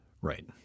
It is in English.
Right